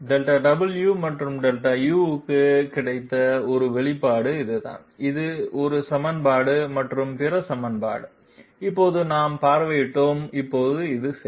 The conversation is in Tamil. Δw மற்றும் Δu க்கு கிடைத்த ஒரு வெளிப்பாடு இதுதான் இது ஒரு சமன்பாடு மற்றும் பிற சமன்பாடு இப்போது நாம் பார்வையிட்டோம் இப்போது இது சரி